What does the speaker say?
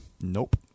Nope